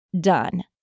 done